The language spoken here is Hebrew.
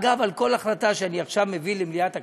אגב, על כל החלטה שאני עכשיו מביא למליאת הכנסת,